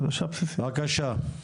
בבקשה.